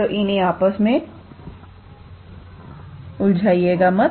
तो इन्हें आपस में उलझा आइएगा मत